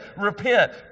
repent